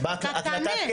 בועז, אתה תענה.